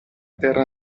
terra